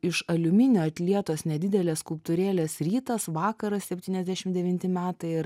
iš aliuminio atlietos nedidelės skulptūrėlės rytas vakaras septyniasdešim devinti metai ir